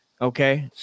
okay